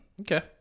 Okay